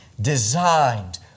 Designed